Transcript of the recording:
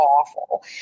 awful